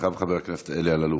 אחריו, חבר הכנסת אלי אלאלוף.